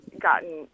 gotten